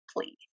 please